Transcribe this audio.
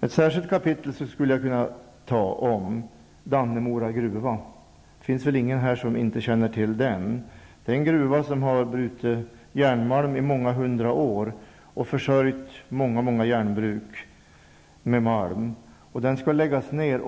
Ett särskilt kapitel skulle kunna skrivas om Dannemora gruva. Det finns väl ingen här som inte känner till den. Det är en gruva där järnmalm brutits i många hundra år och som har försörjt så många järnbruk med malm. Jag vill påpeka att det